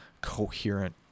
coherent